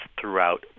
throughout